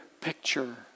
picture